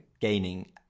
gaining